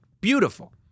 beautiful